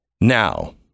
Now